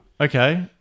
Okay